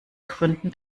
gründen